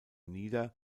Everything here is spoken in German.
nieder